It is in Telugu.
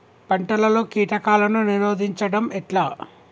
పంటలలో కీటకాలను నిరోధించడం ఎట్లా?